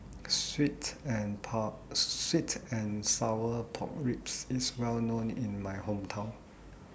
Sweet and Sour Pork Ribs IS Well known in My Hometown